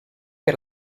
per